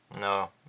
No